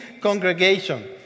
congregation